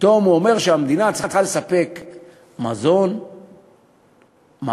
פתאום הוא אומר שהמדינה צריכה לספק מזון, מעון,